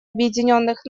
объединенных